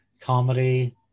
comedy